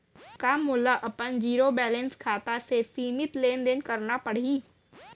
का मोला अपन जीरो बैलेंस खाता से सीमित लेनदेन करना पड़हि?